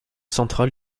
centrale